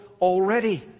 already